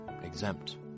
exempt